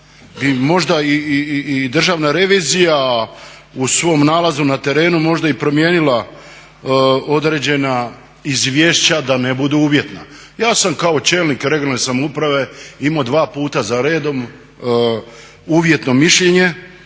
možda i Državna revizija u svom nalazu na terenu možda i promijenila određena izvješća da ne budu uvjetna. Ja sam kao čelnik regionalne samouprave imao dva puta za redom uvjetno mišljenje